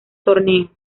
torneo